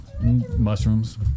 Mushrooms